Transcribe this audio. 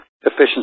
efficiency